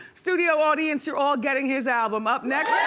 studio audience you're all getting his album. up next